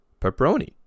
pepperoni